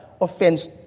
offense